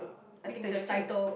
return your trays